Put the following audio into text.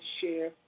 share